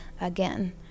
again